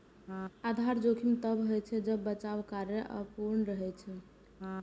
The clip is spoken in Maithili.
आधार जोखिम तब होइ छै, जब बचाव कार्य अपूर्ण रहै छै